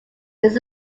this